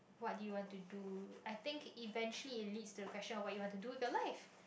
what did you want to do I think eventually it leads to the question of what you want to do in your life